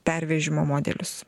pervežimo modelius